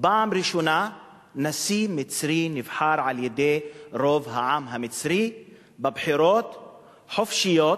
פעם ראשונה נשיא מצרי נבחר על-ידי רוב העם המצרי בבחירות חופשיות,